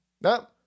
No